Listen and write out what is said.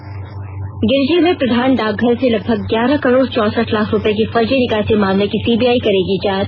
त् गिरिडीह में प्रधान डाकघर से लगभग ग्यारह करोड़ चौसठ लाख रुपए की फर्जी निकासी मामले की सीबीआई करेगी जांच